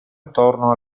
attorno